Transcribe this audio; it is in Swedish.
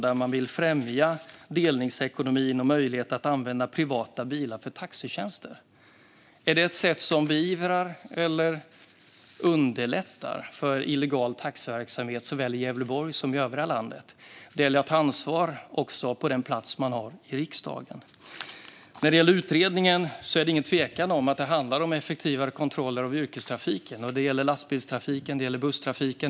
Motionen handlar om att främja delningsekonomin och möjligheten att använda privata bilar för taxitjänster. Är det ett sätt som beivrar eller underlättar för illegal taxiverksamhet såväl i Gävleborg som i övriga landet? Det gäller att ta ansvar också på den plats man har i riksdagen. När det gäller utredningen är det ingen tvekan om att det handlar om effektivare kontroller av yrkestrafiken. Det gäller lastbilstrafiken. Det gäller busstrafiken.